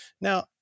Now